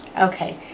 Okay